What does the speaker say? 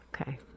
Okay